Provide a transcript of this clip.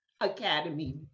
academy